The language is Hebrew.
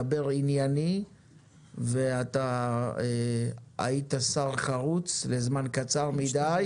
כי אתה מדבר עניינית ואתה היית שר חרוץ לזמן קצר מדי